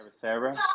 Sarah